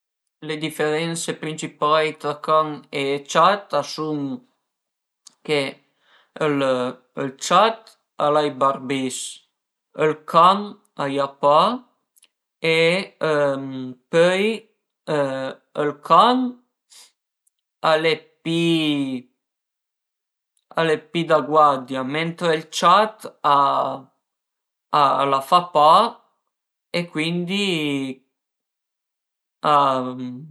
Le diferense principai tra can e ciat a sun chë ël ciat al a i barbis, ël can a i a pa e pöil ël can al e pi al e pi da guardia, mentre ël ciat a la fa pa e cuindi